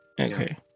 Okay